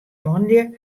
manlju